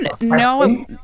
no